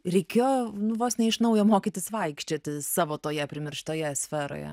reikėjo nu vos ne iš naujo mokytis vaikščioti savo toje primirštoje sferoje